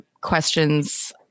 questions